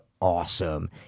awesome